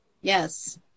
Yes